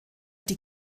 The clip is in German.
die